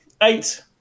eight